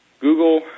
Google